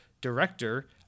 director